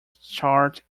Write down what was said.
start